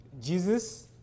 Jesus